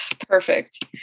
perfect